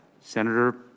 Senator